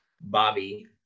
Bobby